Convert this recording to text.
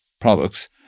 products